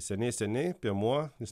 seniai seniai piemuo jis